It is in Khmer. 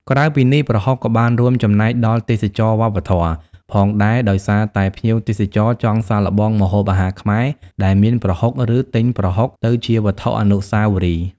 ក្រៅពីនេះ ប្រហុកក៏បានរួមចំណែកដល់ ទេសចរណ៍វប្បធម៌ ផងដែរ ដោយសារតែភ្ញៀវទេសចរចង់សាកល្បងម្ហូបអាហារខ្មែរដែលមានប្រហុក ឬទិញប្រហុកទៅជាវត្ថុអនុស្សាវរីយ៍។